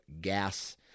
Gas